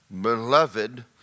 beloved